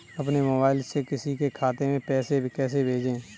अपने मोबाइल से किसी के खाते में पैसे कैसे भेजें?